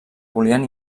volien